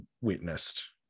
witnessed